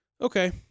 Okay